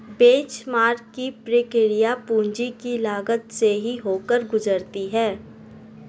benchmark की प्रक्रिया पूंजी की लागत से ही होकर गुजरती है